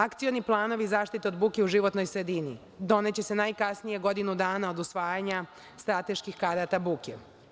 Akcioni planovi zaštite od buke u životnoj sredini doneće se najkasnije godinu dana od usvajanja strateških karata buke.